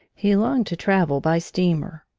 he longed to travel by steamer.